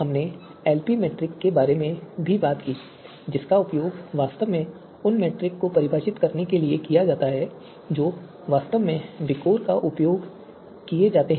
हमने LP metric के बारे में भी बात की जिसका उपयोग वास्तव में उन मीट्रिक को परिभाषित करने के लिए किया जाता है जो वास्तव में विकोर में उपयोग किए जाते हैं